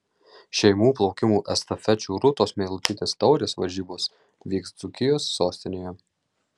šeimų plaukimo estafečių rūtos meilutytės taurės varžybos vyks dzūkijos sostinėje